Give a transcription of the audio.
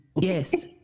Yes